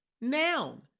noun